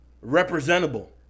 representable